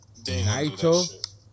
Naito